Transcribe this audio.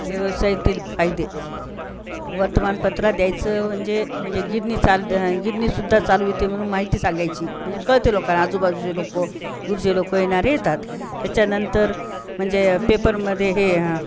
व्यवसायातील फायदे वर्तमानपत्रात द्यायचं म्हणजे म्हणजे गिरणी चाल गिरणीसुद्धा चालू इथे म्हणून माहिती सांगायची म्हणजे कळतं लोकांना आजूबाजूचे लोक दूरचे लोक येणारे येतात त्याच्यानंतर म्हणजे पेपरमध्ये हे